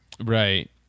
right